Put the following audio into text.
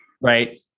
right